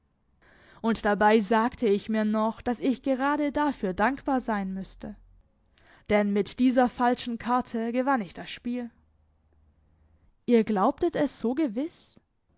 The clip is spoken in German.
und dabei sagte ich mir noch daß ich gerade dafür dankbar sein müßte denn mit dieser falschen karte gewann ich das spiel ihr glaubtet es so gewiß